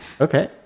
okay